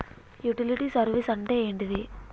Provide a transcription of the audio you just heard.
Utility service అంటే ఏంటిది?